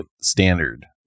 standard